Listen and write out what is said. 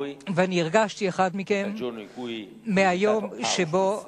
ואני הרגשתי אחד מכם מהיום שבו